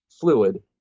fluid